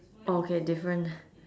okay different